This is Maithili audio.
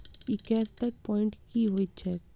ई कैश बैक प्वांइट की होइत छैक?